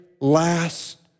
last